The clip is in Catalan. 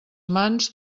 mans